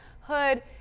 hood